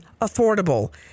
affordable